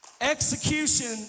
Execution